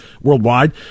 worldwide